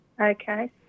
Okay